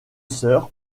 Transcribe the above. sœur